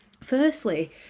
Firstly